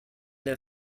der